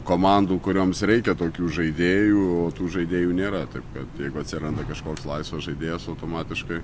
komandų kurioms reikia tokių žaidėjų o tų žaidėjų nėra taip kad jeigu atsiranda kažkoks laisvas žaidėjas automatiškai